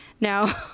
Now